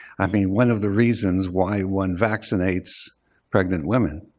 i mean one of the reasons why one vaccinates pregnant women.